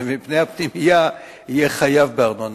ומבנה הפנימייה יהיה חייב בארנונה,